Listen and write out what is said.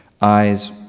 Eyes